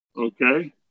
okay